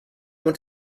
want